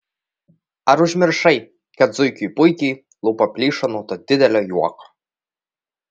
ar užmiršai kad zuikiui puikiui lūpa plyšo nuo to didelio juoko